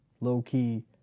low-key